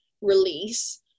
release